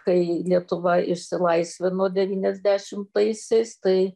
kai lietuva išsilaisvino devyniasdešimtaisiais tai